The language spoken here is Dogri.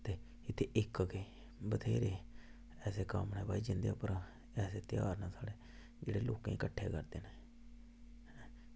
ते इत्थें इक्क केह् बथ्हेरे असें कम्म न जिन्ने बी भ्राऽ ऐसे ध्यार न साढ़े जेह्ड़े लोकें गी किट्ठे करदे न